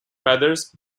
feathers